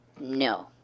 No